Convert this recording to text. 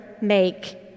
make